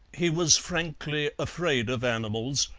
he was frankly afraid of animals,